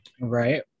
Right